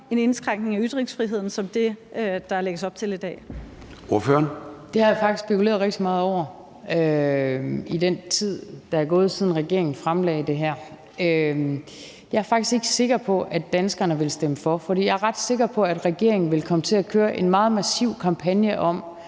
(Søren Gade): Ordføreren. Kl. 11:09 Inger Støjberg (DD): Det har jeg faktisk spekuleret rigtig meget over i den tid, der er gået, siden regeringen fremlagde det her. Jeg er faktisk ikke sikker på, at danskerne ville stemme for, for jeg er ret sikker på, at regeringen ville komme til at køre en meget massiv kampagne,